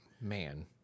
man